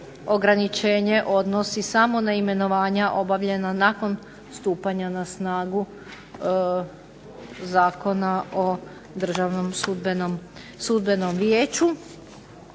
ograničenje odnosi samo na imenovanja obavljena nakon stupanja na snagu Zakona o Državnom sudbenom vijeću.